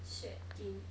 选给